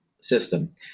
system